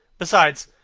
besides,